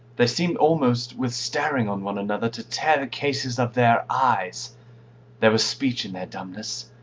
they seem'd almost, with staring on one another, to tear the cases of their eyes there was speech in their dumbness,